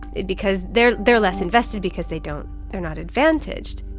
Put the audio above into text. because they're they're less invested, because they don't, they're not advantaged.